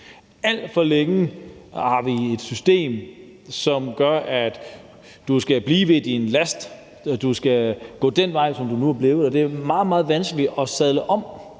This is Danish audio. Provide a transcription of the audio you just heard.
Alt for længe har vi haft et system, som gør, at du skal blive ved din læst, at du skal gå den vej, som du nu har valgt. Og det er meget, meget vanskeligt at sadle om